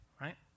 right